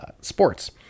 sports